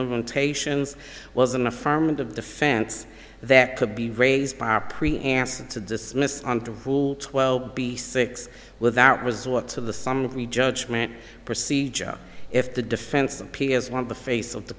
limitations was an affirmative defense that could be raised by a pre asked to dismiss on to rule twelve b six without resort to the some of the judgment procedure if the defense appears want the face of the